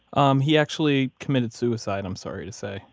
um he actually committed suicide, i'm sorry to say